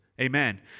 Amen